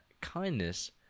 kindness